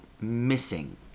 missing